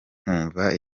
nkumva